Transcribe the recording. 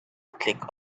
click